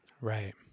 Right